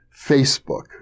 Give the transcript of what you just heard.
Facebook